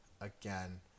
again